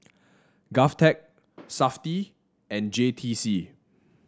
Govtech Safti and J T C